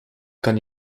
kan